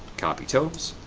copy totals,